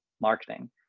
marketing